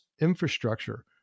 infrastructure